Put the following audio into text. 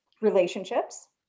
Relationships